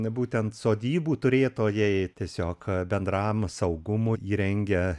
būtent sodybų turėtojai tiesiog bendram saugumui įrengę